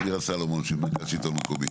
מירה סלומון של מרכז שלטון מקומי.